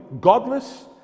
godless